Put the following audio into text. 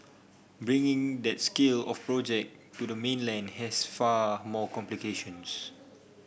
bringing that scale of project to the mainland has far more complications